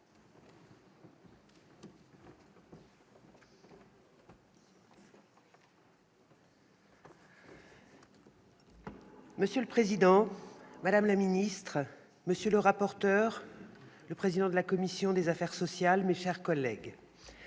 Monsieur le président, madame la ministre, monsieur le président de la commission des affaires sociales, mes chers collègues,